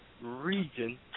region